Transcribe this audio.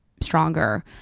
stronger